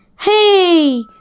hey